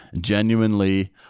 genuinely